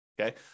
okay